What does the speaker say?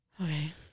Okay